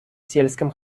сельском